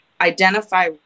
identify